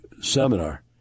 seminar